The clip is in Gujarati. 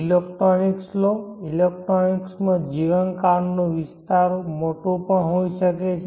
ઇલેક્ટ્રોનિક્સ લો ઇલેક્ટ્રોનિક્સમાં જીવનકાળ નો વિસ્તાર મોટો પણ હોઈ શકે છે